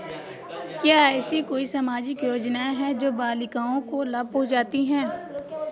क्या ऐसी कोई सामाजिक योजनाएँ हैं जो बालिकाओं को लाभ पहुँचाती हैं?